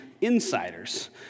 insiders